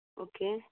okay